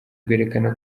bwerekana